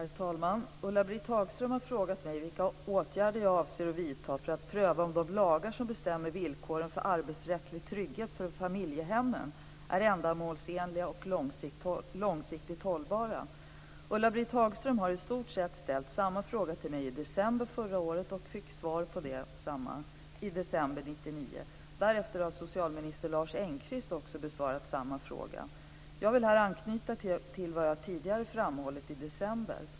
Herr talman! Ulla-Britt Hagström har frågat mig vilka åtgärder jag avser att vidta för att pröva om de lagar som bestämmer villkoren för arbetsrättslig trygghet för familjehemmen är ändamålsenliga och långsiktigt hållbara. Ulla-Britt Hagström har i stort sett ställt samma fråga till mig i december 1999 och fick svar på det den 15 december 1999. Därefter har socialministern Lars Engqvist också besvarat samma fråga. Jag vill här anknyta till vad jag tidigare framhållit i december.